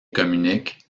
communique